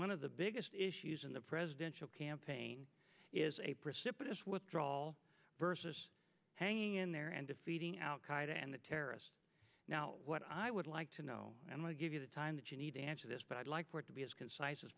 one of the biggest issues in the presidential campaign is a precipitous withdrawal versus hanging in there and defeating al qaeda and the terrorists now what i would like to know and i'll give you the time that you need to answer this but i'd like to be as concise as